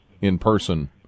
in-person